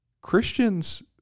Christians